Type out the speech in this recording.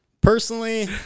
personally